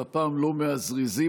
אבל הפעם לא מהזריזים,